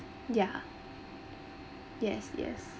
ya yes yes